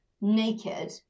naked